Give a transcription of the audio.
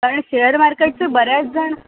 कारण शेअर मार्केटचं बऱ्याच जण